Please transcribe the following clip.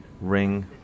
ring